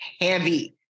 heavy